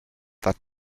that